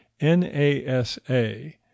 NASA